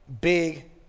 big